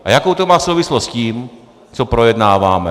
A jakou to má souvislost s tím, co projednáváme?